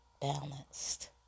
balanced